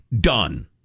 done